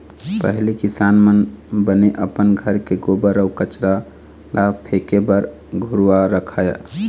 पहिली किसान मन बने अपन घर के गोबर अउ कचरा ल फेके बर घुरूवा रखय